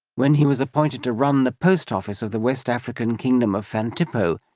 when he was appointed to run the post office of the west african kingdom of fantippo,